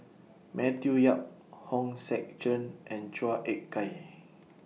Matthew Yap Hong Sek Chern and Chua Ek Kay